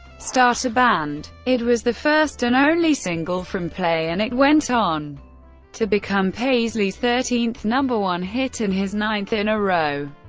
start a band. it was the first and only single from play, and it went on to become paisley's thirteenth number one hit and his ninth in a row.